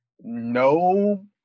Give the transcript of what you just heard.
no